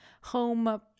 home